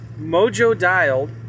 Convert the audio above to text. mojo-dialed